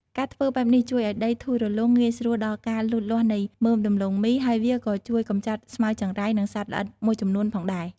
ការធ្វើបែបនេះជួយឱ្យដីធូររលុង ងាយស្រួលដល់ការលូតលាស់នៃមើមដំឡូងមី ហើយវាក៏ជួយកម្ចាត់ស្មៅចង្រៃ និងសត្វល្អិតមួយចំនួនផងដែរ។